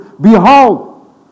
behold